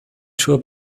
tour